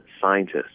scientists